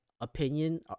opinion